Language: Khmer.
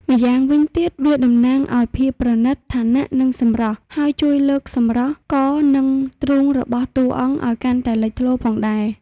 ម្យ៉ាងវិញទៀតវាតំណាងឲ្យភាពប្រណីត ឋានៈ និងសម្រស់ ហើយជួយលើកសម្រស់ក និងទ្រូងរបស់តួអង្គឲ្យកាន់តែលេចធ្លោផងដែរ។